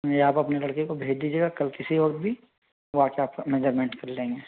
नहीं आप अपने लड़के को भेज दीजिएगा कल किसी वक़्त भी वाट्सअप मेजरमेंट कर लेंगे